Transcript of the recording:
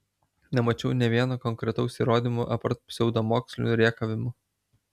nemačiau nė vieno konkretaus įrodymo apart pseudomokslinių rėkavimų